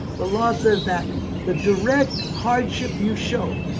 the law says that the direct hardship you show,